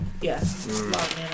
yes